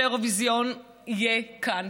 שהאירוויזיון יהיה כאן.